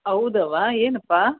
ಹೌದವ್ವಾ ಏನಪ್ಪಾ